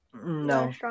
no